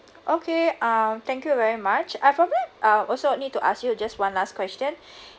okay um thank you very much I forgot uh also need to ask you just one last question